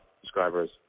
subscribers